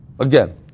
Again